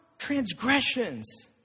transgressions